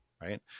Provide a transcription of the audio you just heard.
right